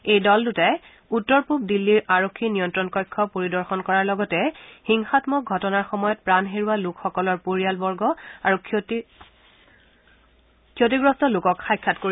এই দল দুটাই উত্তৰ পুব দিল্লীৰ আৰক্ষী নিয়ন্ত্ৰণ কক্ষ পৰিদৰ্শন কৰাৰ লগতে হিংসাম্মক ঘটনাৰ সময়ত প্ৰাণ হেৰুওৱা লোকসকলৰ পৰিয়ালবৰ্গ আৰু ক্ষতিগ্ৰস্ত লোকক সাক্ষাৎ কৰিব